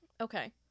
Okay